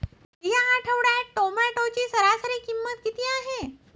या आठवड्यात टोमॅटोची सरासरी किंमत किती आहे?